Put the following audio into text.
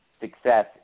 success